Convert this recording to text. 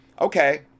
okay